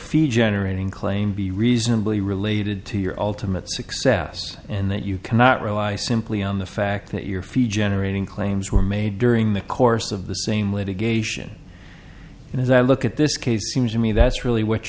fee generating claim be reasonably related to your ultimate success and that you cannot rely simply on the fact that your fee generating claims were made during the course of the same litigation and as i look at this case it seems to me that's really what